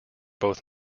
both